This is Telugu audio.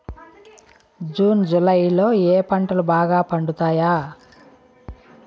జూన్ జులై లో ఏ పంటలు బాగా పండుతాయా?